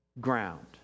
ground